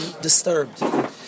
disturbed